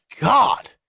God